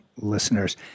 listeners